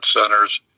centers